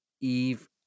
Eve